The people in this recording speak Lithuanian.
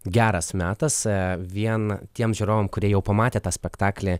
geras metas a vien tiem žiūrovam kurie jau pamatė tą spektaklį